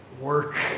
work